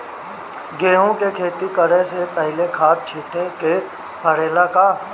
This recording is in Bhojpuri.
गेहू के खेती करे से पहिले खाद छिटे के परेला का?